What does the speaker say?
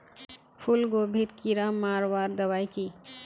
फूलगोभीत कीड़ा मारवार दबाई की?